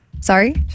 Sorry